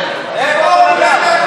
אינו נוכח ווליד טאהא,